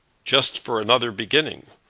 just for another beginning!